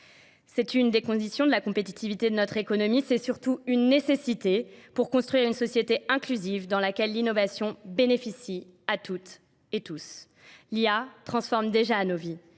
C'est une des conditions de la compétitivité de notre économie. C'est surtout une nécessité pour construire une société inclusive dans laquelle l'innovation bénéficie à toutes et tous. L'IA transforme déjà nos vies.